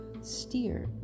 steer